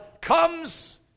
comes